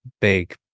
big